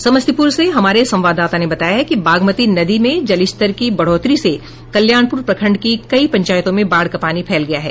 समस्तीपुर से हमारे संवाददाता ने बताया है कि बागमती नदी में जलस्तर की बढ़ोतरी से कल्याणपुर प्रखंड के कई पंचायतों में बाढ़ का पानी फैल गया है